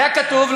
היה כתוב,